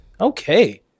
Okay